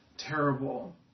terrible